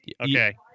Okay